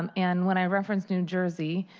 um and when i referenced in jersey,